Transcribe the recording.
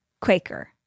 Quaker